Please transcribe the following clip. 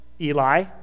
Eli